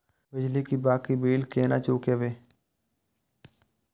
बिजली की बाकी बील केना चूकेबे?